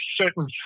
certain